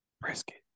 Brisket